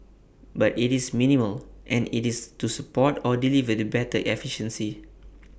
but IT is minimal and IT is to support or deliver the better efficiency